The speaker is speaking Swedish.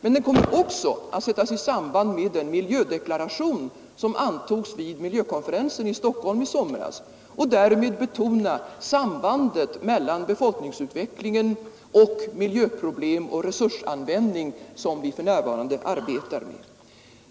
Men den kommer också att sättas i samband med den miljödeklaration som antogs vid miljökonferensen i Stockholm i somras och därmed betona sambandet mellan befolkningsutvecklingen och miljöproblem och resursanvändning, som vi för närvarande arbetar med.